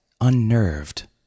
unnerved